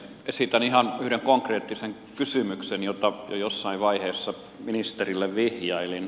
esitän ihan yhden konkreettisen kysymyksen jota jo jossain vaiheessa ministerille vihjailin